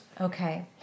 Okay